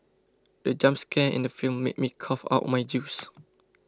the jump scare in the film made me cough out my juice